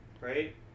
Right